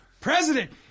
president